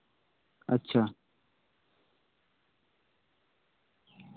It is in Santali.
ᱟᱪᱪᱷᱟ